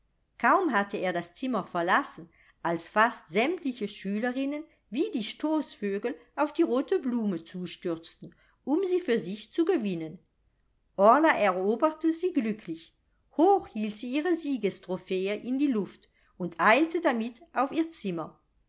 kaum hatte er das zimmer verlassen als fast sämtliche schülerinnen wie die stoßvögel auf die rote blume zustürzten um sie für sich zu gewinnen orla eroberte sie glücklich hoch hielt sie ihre siegestrophäe in die luft und eilte damit auf ihr zimmer